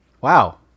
wow